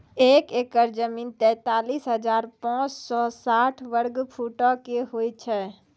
एक एकड़ जमीन, तैंतालीस हजार पांच सौ साठ वर्ग फुटो के होय छै